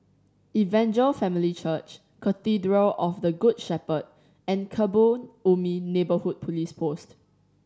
Evangel Family Church Cathedral of the Good Shepherd and Kebun Ubi Neighbourhood Police Post